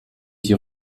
die